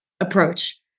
approach